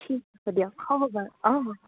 ঠিক আছে দিয়ক হ'ব বাৰু অঁ